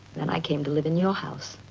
then i came to live in your house.